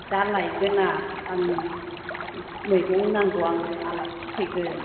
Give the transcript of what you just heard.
दा लायगोन आं आं मैगं नांगौ आंनो आलासि फैगोन